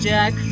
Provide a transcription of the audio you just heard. Jack